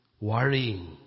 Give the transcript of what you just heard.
worrying